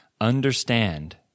understand